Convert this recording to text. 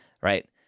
right